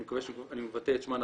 אני מקווה שאני מבטא את שמה נכון,